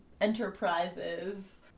enterprises